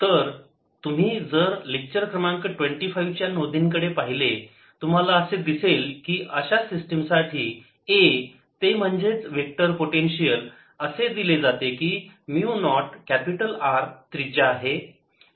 तर तुम्ही जर लेक्चर क्रमांक 25 च्या नोंदी कडे पाहिले तुम्हाला असे दिसेल की अशा सिस्टिम साठी A ते म्हणजेच वेक्टर पोटेन्शियल असे दिले जाते की म्यु नॉट कॅपिटल R त्रिज्या आहे